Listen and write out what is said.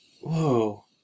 Whoa